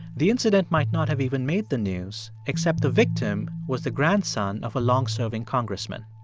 the incident might not have even made the news, except the victim was the grandson of a long-serving congressman.